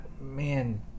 Man